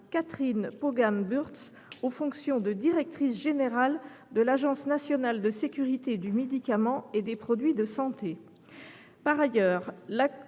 Catherine Paugam Burtz aux fonctions de directrice générale de l’Agence nationale de sécurité du médicament et des produits de santé. Par ailleurs,